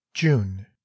June